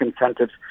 incentives